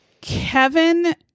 Kevin